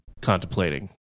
contemplating